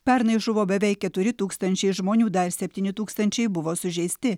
pernai žuvo beveik keturi tūkstančiai žmonių dar septyni tūkstančiai buvo sužeisti